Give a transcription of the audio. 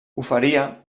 oferia